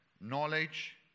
knowledge